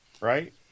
Right